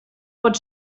pot